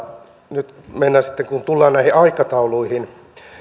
nyt sitten tullaan näihin aikatauluihin